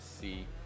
see